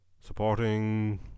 Supporting